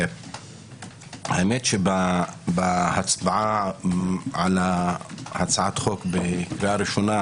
האמת, שבהצבעה על הצעת החוק בקריאה ראשונה